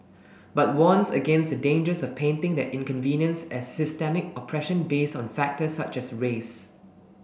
but warns against the dangers of painting that inconvenience as systemic oppression based on factors such as race